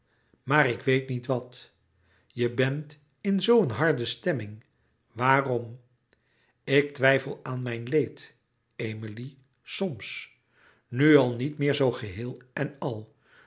maar ik weet niet wat je bent in zoo een harde stemming waarom ik twijfel aan mijn leed emilie soms nu al niet meer zoo geheel en al